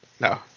No